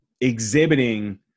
exhibiting